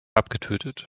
abgetötet